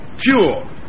pure